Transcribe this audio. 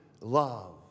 love